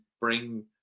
bring